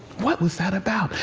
what was that about?